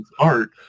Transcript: art